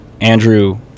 Andrew